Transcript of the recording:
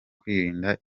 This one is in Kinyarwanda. kwirinda